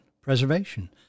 preservation